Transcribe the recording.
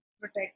protect